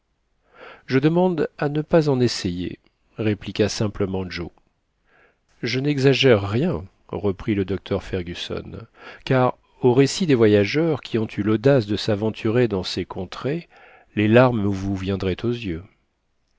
je demande à ne pas en essayer répliqua simplement joe je n'exagère rien reprit le docteur fergusson car au récit des voyageurs qui ont eu l'audace de s'aventurer dans ces contrées les larmes vous viendraient aux yeux